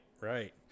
right